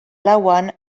lauan